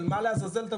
על מה אתה מדבר?